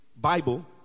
Bible